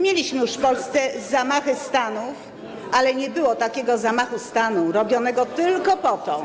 Mieliśmy już w Polsce zamachy stanów, ale nie było zamachu stanu robionego tylko po to.